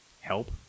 help